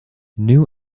new